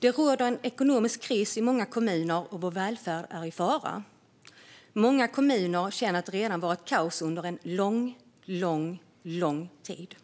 Det råder ekonomisk kris i många av våra kommuner, och vår välfärd är i fara. Många kommuner känner att det redan har varit "kaos under lång, lång tid".